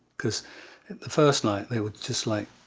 cause the first night, they would just like,